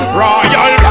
royal